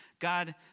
God